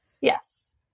Yes